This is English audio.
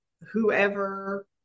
whoever